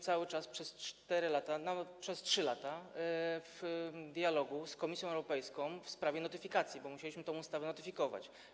Cały czas przez 4 lata, przez 3 lata prowadziliśmy dialog z Komisją Europejską w sprawie notyfikacji, bo musieliśmy tę ustawę notyfikować.